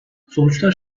sonuçlar